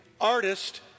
artist